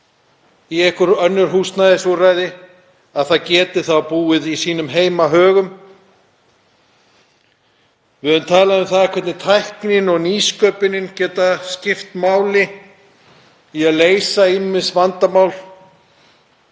í einhver önnur húsnæðisúrræði þarf það líka að geta búið í sínum heimahögum. Við höfum talað um það hvernig tæknin og nýsköpunin getur skipt máli í að leysa ýmis vandamál